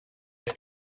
that